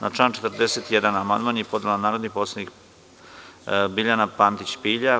Na član 41. amandman je podnela narodni poslanik Biljana Pantić Pilja.